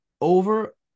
over